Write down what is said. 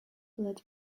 that